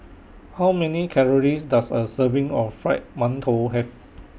How Many Calories Does A Serving of Fried mantou Have